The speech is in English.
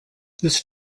this